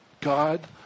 God